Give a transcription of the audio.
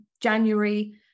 January